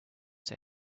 they